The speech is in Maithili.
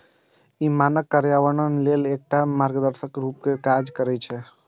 ई मानक कार्यान्वयन लेल एकटा मार्गदर्शक के रूप मे काज करै छै